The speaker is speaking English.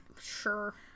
Sure